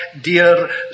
dear